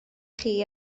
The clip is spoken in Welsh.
chi